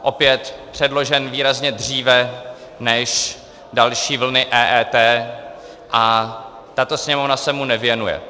Opět předložen výrazně dříve než další vlny EET, a tato Sněmovna se mu nevěnuje.